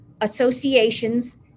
Associations